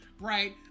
right